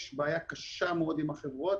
יש בעיה קשה מאוד עם החברות,